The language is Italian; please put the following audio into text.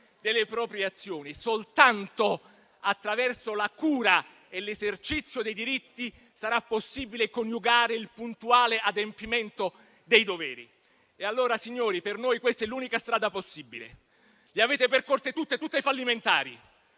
delle proprie azioni. Soltanto attraverso la cura e l'esercizio dei diritti sarà possibile coniugare il puntuale adempimento dei doveri. Signori, per noi questa è l'unica strada possibile. Le avete percorse tutte, tutte fallimentari;